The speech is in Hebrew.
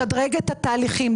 לשדרג את התהליכים,